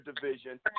division